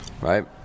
right